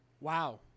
Wow